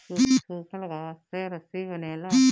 सूखल घास से रस्सी बनेला